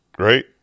Right